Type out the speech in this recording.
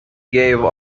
gave